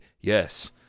yes